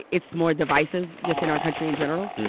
it's more divisive just in our country in general.